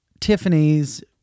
Tiffany's